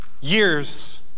years